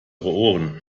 ohren